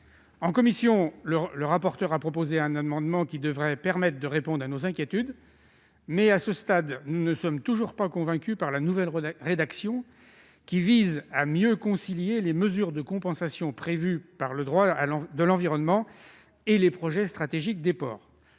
En commission, le rapporteur a proposé un amendement, qui devrait permettre de répondre à nos inquiétudes, mais à ce stade, nous ne sommes toujours pas convaincus par la rédaction actuelle de l'article 7, qui vise à mieux concilier les mesures de compensation prévues par le droit de l'environnement et les projets stratégiques des ports.